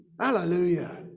Hallelujah